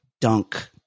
dunk